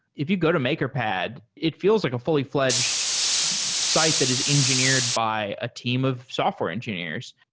if you go to makerpad, it feels like a fully-fledged site that is engineered by a team of software engineers.